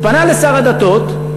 פנה לשר הדתות,